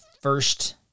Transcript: first